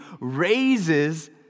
raises